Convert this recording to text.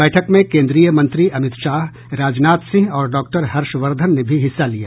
बैठक में केन्द्रीय मंत्री अमित शाह राजनाथ सिंह और डॉक्टर हर्षवर्धन ने भी हिस्सा लिया